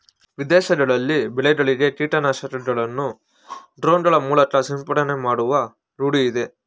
ವಿದೇಶಗಳಲ್ಲಿ ಬೆಳೆಗಳಿಗೆ ಕೀಟನಾಶಕಗಳನ್ನು ಡ್ರೋನ್ ಗಳ ಮೂಲಕ ಸಿಂಪಡಣೆ ಮಾಡುವ ರೂಢಿಯಿದೆ